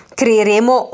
creeremo